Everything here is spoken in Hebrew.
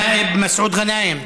א-נאאב מסעוד גנאים,